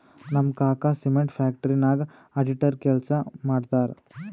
ನಮ್ ಕಾಕಾ cement factory ನಾಗ್ ಅಡಿಟರ್ ಕೆಲ್ಸಾ ಮಾಡ್ತಾರ್